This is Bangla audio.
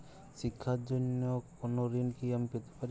শিক্ষার জন্য কোনো ঋণ কি আমি পেতে পারি?